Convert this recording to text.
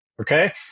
okay